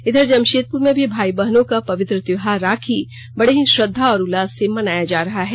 इधर जमशेदपुर में भी भाई बहनों का पवित्र त्यौहार राखी बड़े ही श्रद्वा और उल्लास से मनाया जा रहा है